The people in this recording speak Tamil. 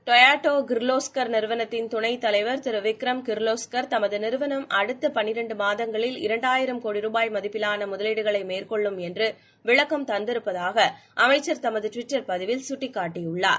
டொயோடா கிர்வோஸ்கர் நிறுவனத்தின் துணை தலைவர் திரு விக்ரம் கிர்வோஸ்கர் தமது நிறுவனம் அடுத்த பணிரெண்டு மாதங்களில் இரண்டாயிரம் கோடி ரூபாய் மதிப்பிலான முதலீடுகளை மேற்கொள்ளும் என்று விளக்கம் தந்திருப்பதாக அமைச்சர் தமது ட்விட்டர் பதிவில் கட்டிக் காட்டியுள்ளார்